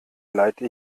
leite